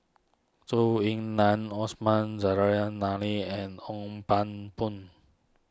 Zhou Ying Nan Osman and Hong Pang Boon